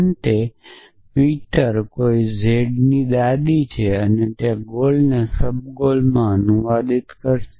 અંતે પીટર કોઈ z ની દાદી છે તે ગોલને સબગોલમાં અનુવાદિત કરશે